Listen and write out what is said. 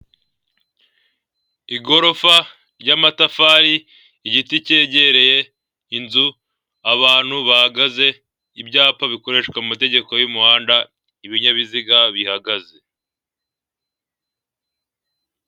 Igorofa ry'amatafari igiti cyegereye inzu, abantu bahagaze ibyapa bikoreshwa mu mategeko y'umuhanda ibinyabiziga bihagaze.